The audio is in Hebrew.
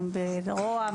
ברוה״מ,